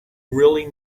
really